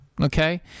okay